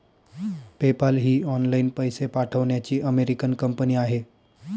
PayPal ही online पैसे पाठवण्याची अमेरिकन कंपनी आहे